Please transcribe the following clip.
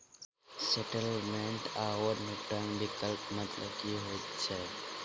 Settlement आओर निपटान विकल्पक मतलब की होइत छैक?